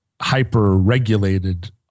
hyper-regulated